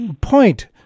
point